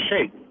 shape